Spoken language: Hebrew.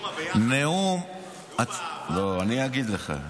נאום הביחד?